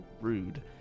Rude